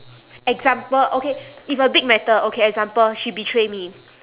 example okay if a big matter okay example she betray me